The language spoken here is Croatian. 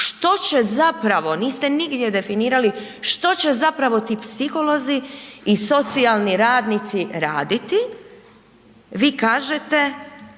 što će zapravo, niste nigdje definirali što će zapravo ti psiholozi i socijalni radnici raditi. Vi kažete